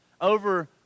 over